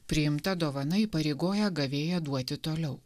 priimta dovana įpareigoja gavėją duoti toliau